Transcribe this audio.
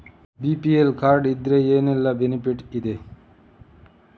BPL card ಇದ್ರೆ ಏನೆಲ್ಲ benefit ಇದೆ?